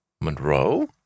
Monroe